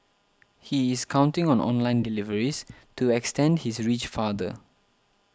he is counting on online deliveries to extend his reach farther